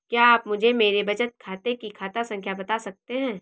क्या आप मुझे मेरे बचत खाते की खाता संख्या बता सकते हैं?